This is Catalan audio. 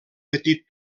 petit